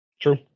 True